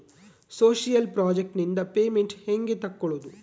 Social project ನಿಂದ payment ಹೆಂಗೆ ತಕ್ಕೊಳ್ಳದು?